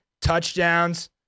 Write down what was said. touchdowns